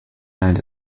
also